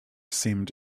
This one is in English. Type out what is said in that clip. seemed